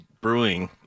Brewing